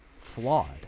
flawed